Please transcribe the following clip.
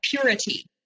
purity